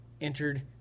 entered